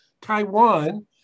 Taiwan